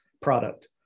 product